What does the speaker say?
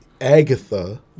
Agatha